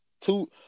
two